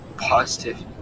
positive